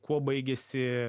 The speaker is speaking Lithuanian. kuo baigėsi